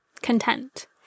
content